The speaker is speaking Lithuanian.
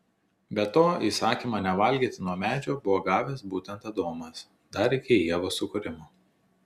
be to įsakymą nevalgyti nuo medžio buvo gavęs būtent adomas dar iki ievos sukūrimo